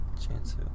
Chance